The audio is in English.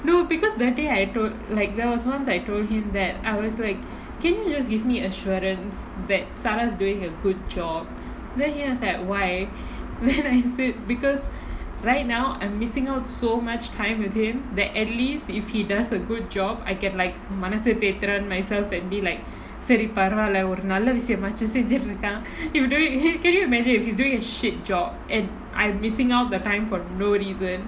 no because that day I told like there was once I told him that I was like can you just give me assurance that sara is doing a good job then he was like why then I said because right now I'm missing out so much time with him that at least if he does a good job I can like மனச தேத்துறேன்:manasa thaethuraen myself and be like சரி பரவால ஒரு நல்ல விசயமாச்சு செஞ்சிட்டு இருக்கான்:sari paravala oru nalla visayamaachu senjitu irukaan if you do it can you imagine if he's doing a shit job and I'm missing out the time for no reason